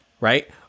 right